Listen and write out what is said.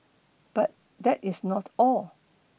but that is not all